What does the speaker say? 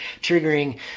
triggering